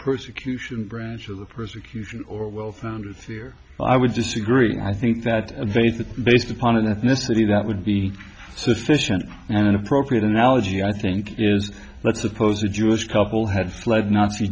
persecution branch of the persecution or well founded fear i would disagree i think that a faith based upon an ethnicity that would be sufficient and appropriate analogy i think is let's suppose a jewish couple had fled nazi